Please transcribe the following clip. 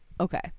Okay